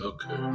Okay